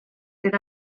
sydd